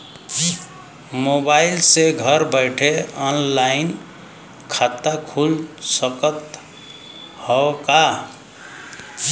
Mobile से घर बैठे ऑनलाइन खाता खुल सकत हव का?